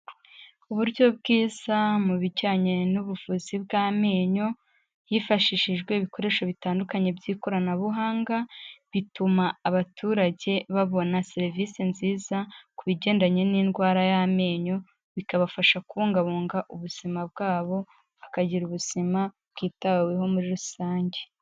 Uburyo bwiza mu bijyanye n'ubuvuzi bw'amenyo hifashishijwe ibikoresho bitandukanye by'ikoranabuhanga, bituma abaturage babona serivisi nziza ku bigendanye n'indwara y'amenyo bikabafasha kubungabunga ubuzima bwabo bakagira ubuzima bwitaweho muri rusange.